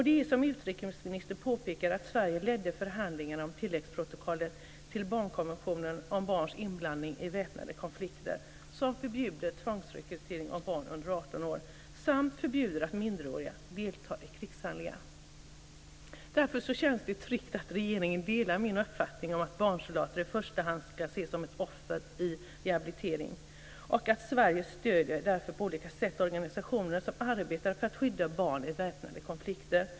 Det är som utrikesministern påpekar så att Sverige ledde förhandlingarna om tilläggsprotokollet till barnkonventionen om barns inblandning i väpnade konflikter. Det förbjuder tvångsrekrytering av barn under 18 år och förbjuder att minderåriga deltar i krigshandlingar. Därför känns det tryggt att regeringen delar min uppfattning att barnsoldater i första hand ska ses som offer i behov rehabilitering och att Sverige därför på olika sätt stöder organisationer som arbetar för att skydda barn i väpnade konflikter.